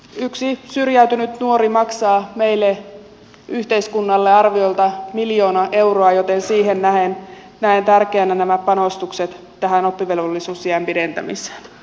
yksi syrjäytynyt nuori maksaa meille yhteiskunnalle arviolta miljoona euroa joten siihen nähden näen tärkeänä nämä panostukset tähän oppivelvollisuusiän pidentämiseen